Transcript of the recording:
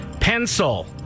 Pencil